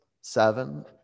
seven